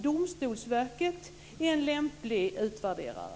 Domstolsverket en lämplig utvärderare?